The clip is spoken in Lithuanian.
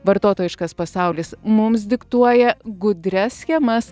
vartotojiškas pasaulis mums diktuoja gudrias schemas